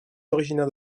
originaire